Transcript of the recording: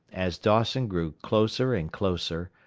as dawson grew closer and closer,